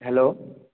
hello